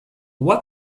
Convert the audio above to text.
what